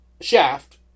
Shaft